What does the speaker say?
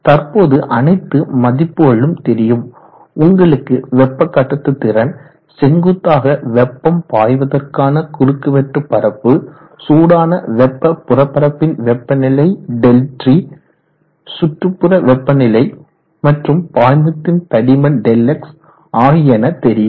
தற்போது அனைத்து மதிப்புகளும் தெரியும் உங்களுக்கு வெப்ப கடத்து திறன் செங்குத்தாக வெப்பம் பாய்வதற்கான குறுக்குவெட்டு பரப்பு சூடான வெப்ப புறப்பரப்பின் வெப்பநிலை ΔT சுற்றுப்புற வெப்பநிலை மற்றும் பாய்மத்தின் தடிமன் Δx ஆகியன தெரியும்